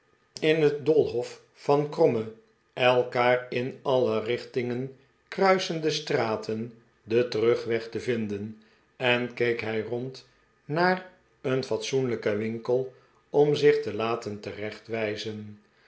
in het doolhof van kromme elkaar in alle richtingen kruisende straten den terugweg te vinden en keek hij rond naar een fatsoenlijken winkel om zich te laten